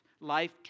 Life